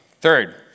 Third